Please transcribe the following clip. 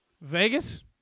Vegas